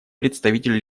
представитель